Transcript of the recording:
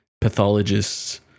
pathologists